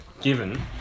Given